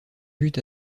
buts